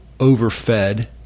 overfed